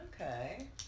Okay